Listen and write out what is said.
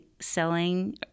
selling